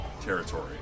territory